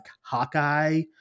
Hawkeye